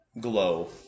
glow